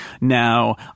now